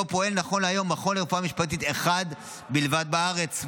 שבו פועל נכון להיום מכון לרפואה משפטית אחד בלבד בארץ.